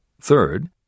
Third